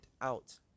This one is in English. out